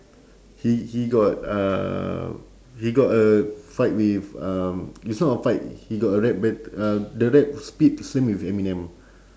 he he got uh he got a fight with um it's not a fight he got a rap ba~ uh the rap speed same with eminem